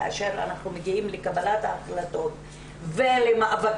כאשר אנחנו מגיעים לקבלת ההחלטות ולמאבקי